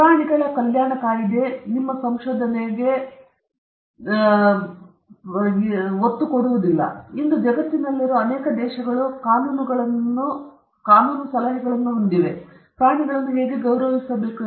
ಹಾಗಾಗಿ ಪ್ರಾಣಿಗಳ ಕಲ್ಯಾಣ ಕಾಯಿದೆಗೆ ಆ ವಿಷಯಗಳು ವ್ಯಕ್ತಪಡಿಸಲ್ಪಟ್ಟಿವೆ ಮತ್ತು ಇಂದು ಜಗತ್ತಿನಲ್ಲಿರುವ ಅನೇಕ ದೇಶಗಳು ಕಾನೂನುಗಳನ್ನು ಅಥವಾ ಕಾನೂನು ಸಲಹೆಗಳನ್ನು ಹೊಂದಿವೆ ಹೇಗೆ ಪ್ರಾಣಿಗಳನ್ನು ಗೌರವಿಸಬೇಕು